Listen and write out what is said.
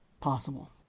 possible